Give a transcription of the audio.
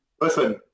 Listen